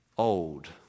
Old